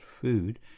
food